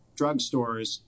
drugstores